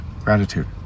gratitude